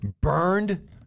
burned